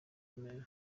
remera